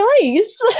nice